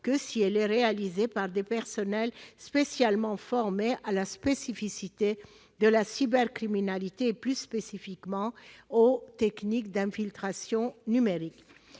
que si elle est mise en oeuvre par des personnels spécialement formés à la spécificité de la cybercriminalité, et plus particulièrement aux techniques d'infiltration numérique.